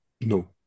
No